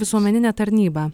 visuomeninė tarnyba